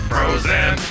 Frozen